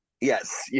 yes